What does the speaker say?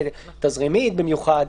תזרימית במיוחד,